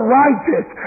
righteous